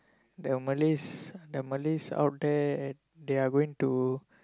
the Malays the Malays out there they are going to